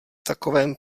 takovém